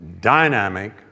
dynamic